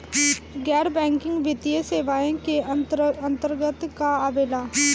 गैर बैंकिंग वित्तीय सेवाए के अन्तरगत का का आवेला?